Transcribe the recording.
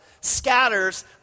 scatters